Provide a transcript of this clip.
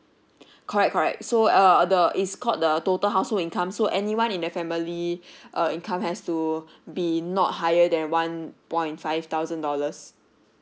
correct correct so uh the it's called the total household income so anyone in the family income has to be not higher then one point five thousand dollars